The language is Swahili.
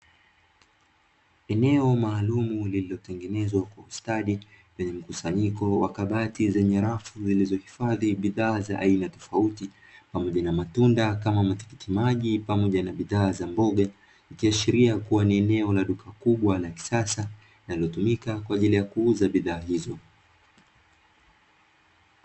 Eneo maalumu lililotengenezwa kwa ustadi, lenye kusanyiko wa kabati zenye rafu zilizohifadhi bidhaa za aina tofauti, pamoja matunda kama matikiti maji pamoja na bidhaa za mboga. Ikiashiria kuwa ni eneo la duka kubwa la kisasa linalotumika kwa ajili ya kuuza bidhaa hizo.